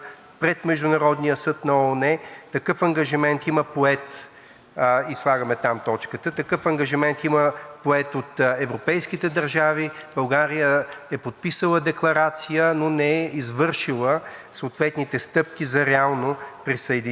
поет от европейските държави. България е подписала декларация, но не е извършила съответните стъпки за реално присъединяване, включване в делото. Доцент Пандов, колега, преподавател по международно право, ще направи по-подробна аргументация.